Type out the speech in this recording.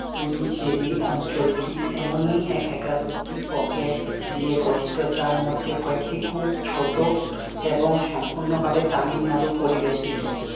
পুদুচেরি অঞ্চলটি এমনই এগারো টি পকেট দিয়ে গঠিত যার মধ্যে কয়েকটি খুবই ছোট এবং সম্পূর্ণভাবে তামিলনাড়ু পরিবেষ্টিত